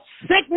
sickness